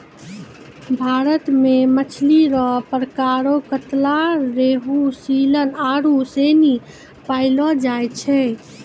भारत मे मछली रो प्रकार कतला, रेहू, सीलन आरु सनी पैयलो जाय छै